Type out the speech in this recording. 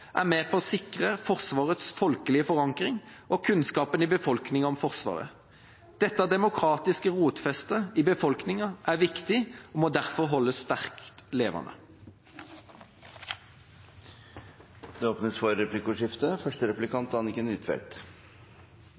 er med på å sikre Forsvarets folkelige forankring og kunnskapen i befolkningen om Forsvaret. Dette demokratiske rotfestet i befolkningen er viktig og må derfor holdes sterkt levende. Det åpnes for replikkordskifte.